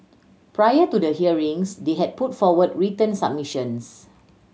prior to the hearings they had put forward written submissions